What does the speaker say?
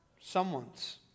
someone's